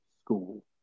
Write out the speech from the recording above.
school